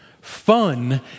Fun